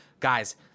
Guys